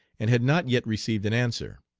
and had not yet received an answer.